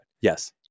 Yes